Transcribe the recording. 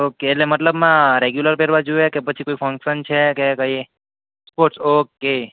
okay એટલે મતલબમાં regular પહેરવા જોઈએ કે પછી કોઈ ફંક્શન છે કે કઈ સ્પોર્ટ્સ ઓકે